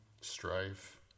strife